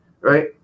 right